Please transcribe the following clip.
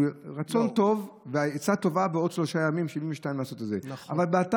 רצון טוב ועצה טובה לעשות את זה בעוד שלושה ימים,